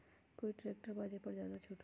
कोइ ट्रैक्टर बा जे पर ज्यादा छूट हो?